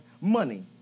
money